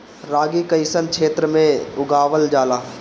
रागी कइसन क्षेत्र में उगावल जला?